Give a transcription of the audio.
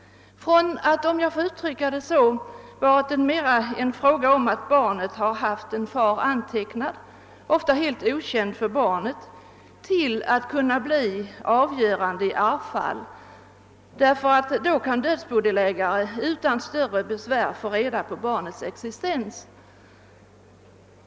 Från att ha varit, om jag så får uttrycka det, mera en fråga om att barnet haft en far antecknad — otta helt okänd för barnet — kan anmälan nu bli avgörande i arvsfall, eftersom dödsbodelägare då utan större besvär kan få reda på barnets existens.